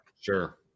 sure